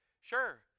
sure